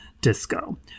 disco